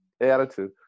attitude